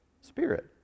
spirit